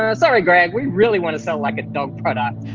ah sorry greg we really wanna sound like a dope product.